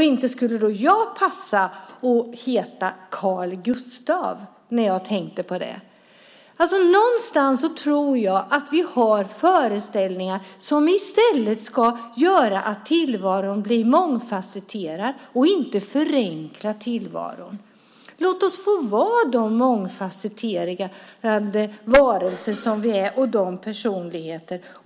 Inte skulle jag passa att heta Carl Gustaf, när jag tänker på det. Någonstans tror jag att vi har föreställningar som i stället ska göra tillvaron mångfasetterad och inte förenkla tillvaron. Låt oss få vara de mångfasetterade varelser och personligheter vi är.